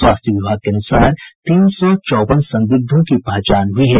स्वास्थ्य विभाग के अनुसार तीन सौ चौवन संदिग्धों की पहचान हुई है